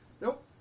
Nope